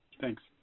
Thanks